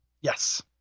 Yes